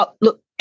Look